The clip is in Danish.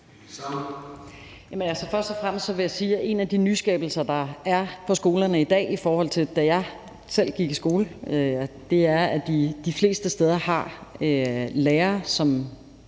en af de nyskabelser, der er på skolerne i dag, i forhold til da jeg selv gik i skole, er, at de de fleste steder har lærere, som